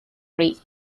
rate